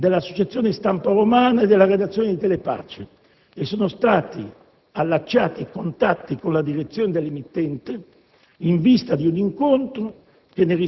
dell' Associazione Stampa Romana e della redazione di Telepace e sono stati allacciati contatti con la direzione dell'emittente in vista di un incontro